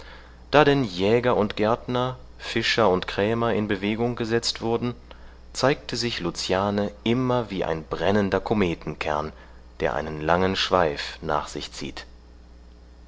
da denn jäger und gärtner fischer und krämer in bewegung gesetzt wurden zeigte sich luciane immer wie ein brennender kometenkern der einen langen schweif nach sich zieht